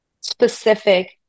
specific